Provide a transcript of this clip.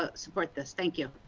ah support this, thank you.